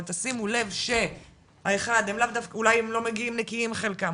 אבל תשימו לב שאולי הם לא מגיעים נקיים חלקם,